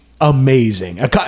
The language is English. amazing